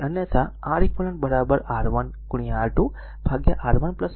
તેથી અન્યથા R eq R1 R2 R1 R2